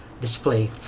display